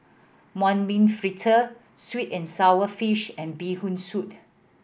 mung bean fritter sweet and sour fish and Bee Hoon Soup